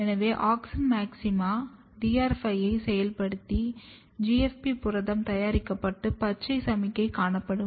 எனவே auxin maxima DR 5 ஐ செயல்படுத்தி GFP புரதம் தயாரிக்கப்பட்டு பச்சை சமிக்ஞை காணப்படும்